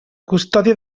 custòdia